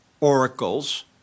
oracles